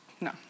no